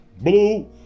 Blue